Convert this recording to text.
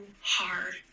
hard